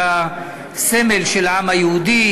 זה הסמל של העם היהודי,